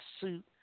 suit